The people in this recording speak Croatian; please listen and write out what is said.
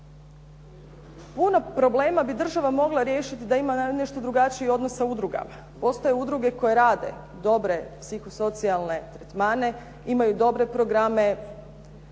Puno problema bi država mogla riješiti da ima nešto drugačiji odnos sa udrugama. Postoje udruge koje rade dobre psihosocijalne tretmane, imaju dobre programe,